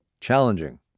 challenging